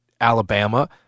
Alabama